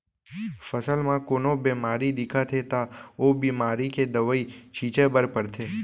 फसल म कोनो बेमारी दिखत हे त ओ बेमारी के दवई छिंचे बर परथे